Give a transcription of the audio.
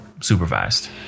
supervised